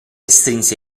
strinse